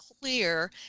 clear